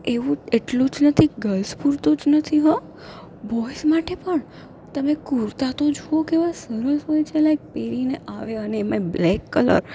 એવું એટલું જ નથી ગલ્સ પૂરતું જ નથી હો બોઇસ માટે પણ તમે કુર્તા તો જુઓ કેવા સરસ હોય છે લાઇક પહેરીને આવે અને એમાંય બ્લેક કલર